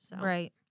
Right